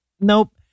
nope